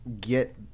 get